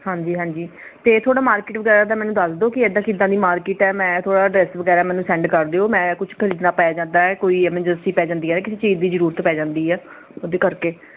ਹਾਂਜੀ ਹਾਂਜੀ ਅਤੇ ਥੋੜ੍ਹਾ ਮਾਰਕੀਟ ਵਗੈਰਾ ਦਾ ਮੈਨੂੰ ਦੱਸ ਦਿਓ ਕਿ ਇੱਦਾਂ ਕਿਦਾਂ ਦੀ ਮਾਰਕੀਟ ਹੈ ਮੈਂ ਥੋੜ੍ਹਾ ਐਡਰੈੱਸ ਵਗੈਰਾ ਮੈਨੂੰ ਸੈਂਡ ਕਰ ਦਿਓ ਮੈਂ ਕੁਝ ਖਰੀਦਣਾ ਪੈ ਜਾਂਦਾ ਏ ਕੋਈ ਅਮਰਜੈਂਸੀ ਪੈ ਜਾਂਦੀ ਹੈ ਕਿਸੇ ਚੀਜ਼ ਦੀ ਜ਼ਰੂਰਤ ਪੈ ਜਾਂਦੀ ਹੈ ਉਹਦੇ ਕਰਕੇ